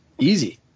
easy